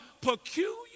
peculiar